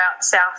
South